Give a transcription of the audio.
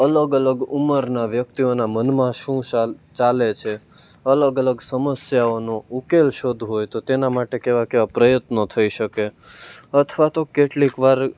અલગ અલગ ઉંમરના વ્યક્તિઓના મનમાં શું ચાલ ચાલે છે અલગ અલગ સમસ્યાઓનો ઉકેલ શોધવો હોય તો તેના માટે કેવાં કેવાં પ્રયત્નો થઈ શકે અથવા તો કેટલીક વાર